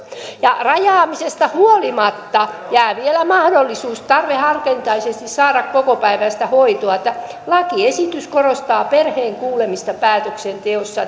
ja rajaamisesta huolimatta jää vielä mahdollisuus tarveharkintaisesti saada kokopäiväistä hoitoa lakiesitys korostaa perheen kuulemista päätöksenteossa